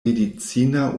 medicina